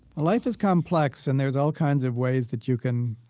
life is complex and there's all kinds of ways that you can